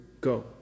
go